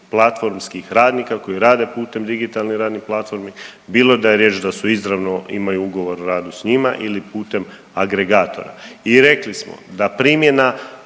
platformskih radnika koji rade putem digitalnih radnih platformi, bilo da je riječ da su izravno imaju ugovor o radu s njima ili putem agregatora i rekli smo da primjena